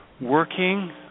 working